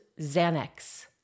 Xanax